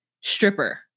stripper